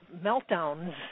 meltdowns